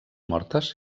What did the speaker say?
mortes